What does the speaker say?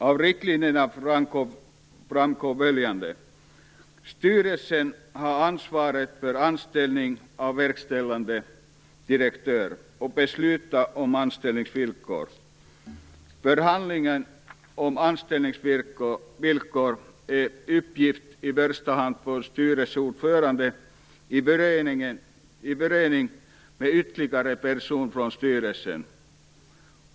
Av riktlinjerna framgår bl.a. följande: Styrelsen har ansvaret för anställning av verkställande direktör och beslutar om anställningsvillkoren. Förhandling om anställningsvillkor är en uppgift i första hand för styrelseordföranden i förening med ytterligare personer från styrelsen.